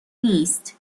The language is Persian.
نیست